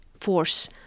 force